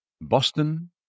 Boston